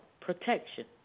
protection